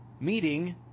meeting